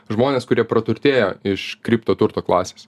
žmones kurie praturtėjo iš kripto turto klasės